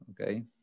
okay